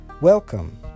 Welcome